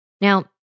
Now